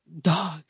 Dog